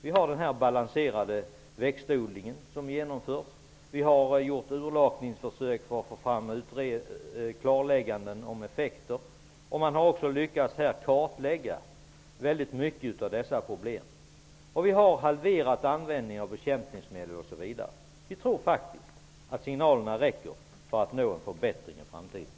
Vi har den balanserade växtodling som genomförs, vi har gjort urlakningsförsök för att få fram klarlägganden om effekter, och man har också lyckats kartlägga en väldigt stor del av dessa problem, vi har halverat användningen av bekämpningsmedel, osv. Vi tror faktiskt att signalerna räcker för att vi skall nå en förbättring i framtiden.